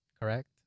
correct